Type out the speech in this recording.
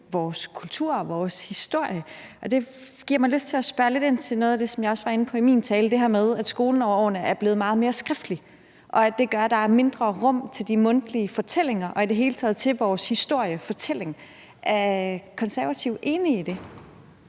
vores kultur og vores historie. Det giver mig lyst til at spørge lidt ind til noget af det, som jeg også var inde på i min tale, nemlig det her med, at skolen hen over årene er blevet meget mere skriftlig, og at det gør, at der er mindre rum for de mundtlige fortællinger og i det hele taget for vores historiefortælling. Er Konservative enige i det?